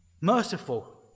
merciful